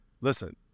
Listen